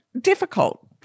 difficult